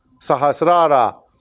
sahasrara